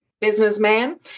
businessman